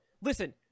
listen